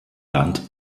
land